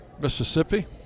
Mississippi